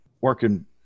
working